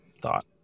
thought